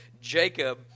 Jacob